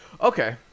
Okay